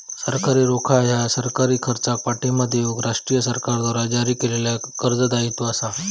सरकारी रोखा ह्या सरकारी खर्चाक पाठिंबा देऊक राष्ट्रीय सरकारद्वारा जारी केलेल्या कर्ज दायित्व असा